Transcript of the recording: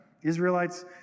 Israelites